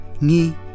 ni